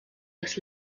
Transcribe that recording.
das